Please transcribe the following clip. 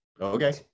Okay